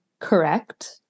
correct